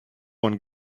one